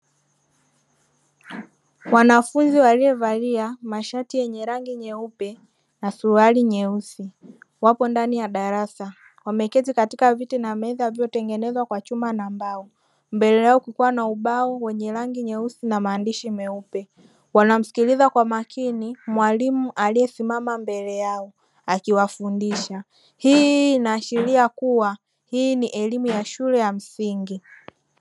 Wanafunzi waliovalia mashati yenye rangi nyeupe na suruali nyeusi; wapo ndani ya darasa, wameketi katika viti na meza vilivyotengenezwa kwa chuma na mbao. Mbele yao kukiwa na ubao wenye rangi nyeusi na maandishi meupe. Wanamsikiliza kwa makini mwalimu aliyesimama mbele yao akiwafundisha. Hii inaashiria kuwa hii ni elimu ya shule ya msingi.